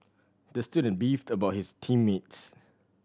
the student beefed about his team mates